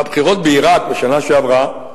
בבחירות בעירק בשנה שעברה,